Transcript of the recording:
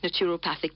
naturopathic